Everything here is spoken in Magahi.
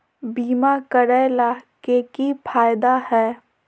बीमा करैला के की फायदा है?